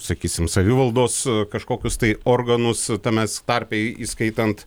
sakysim savivaldos kažkokius tai organus tames tarpe įskaitant